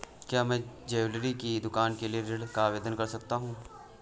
क्या मैं ज्वैलरी की दुकान के लिए ऋण का आवेदन कर सकता हूँ?